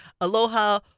Aloha